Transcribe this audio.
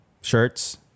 shirts